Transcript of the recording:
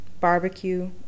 barbecue